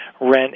rent